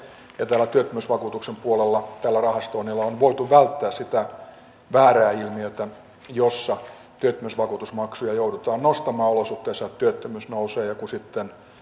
ja täällä työttömyysvakuutuksen puolella tällä rahastoinnilla on voitu välttää sitä väärää ilmiötä jossa työttömyysvakuutusmaksuja joudutaan nostamaan olosuhteissa joissa työttömyys nousee ja kun sitten